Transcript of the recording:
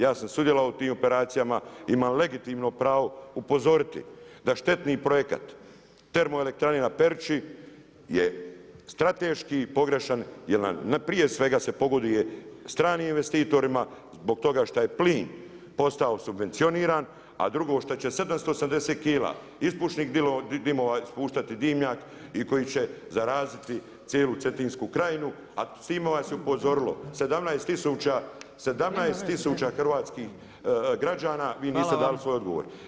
Ja sam sudjelovao u tim operacijama, imam legitimno pravo upozoriti, da štetni projekat, termoelektrane na Peruči, je strateški pogrešan, jer prije svega se pogoduje stranim investitorima, zbog toga što je plin postao subvencioniran, a drugo što će 780 kila, ispuštanih plinova ispuštati dimnjak i koji će zaraziti cijelu Cetinsku krajinu a s time vas je upozorilo 17000 hrvatskih građana, vi niste dali svoj odgovor.